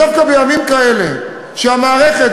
דווקא בימים כאלה שהמערכת,